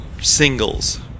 singles